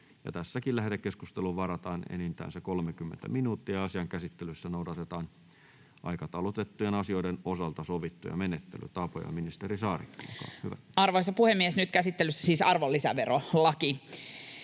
Lähetekeskusteluun varataan enintään 30 minuuttia. Asian käsittelyssä noudatetaan aikataulutettujen asioiden osalta sovittuja menettelytapoja. — Ministeri Saarikko, olkaa hyvä. Arvoisa puhemies! Nyt käsittelyssä on siis arvonlisäverolaki,